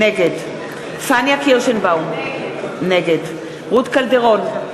נגד פניה קירשנבאום, נגד רות קלדרון,